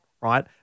right